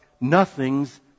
nothings